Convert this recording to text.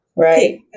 Right